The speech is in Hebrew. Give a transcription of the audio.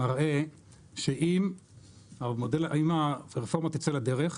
מראה שאם הרפורמה תצא לדרך